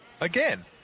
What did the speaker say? again